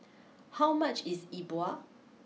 how much is Yi Bua